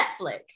netflix